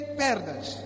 perdas